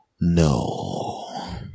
No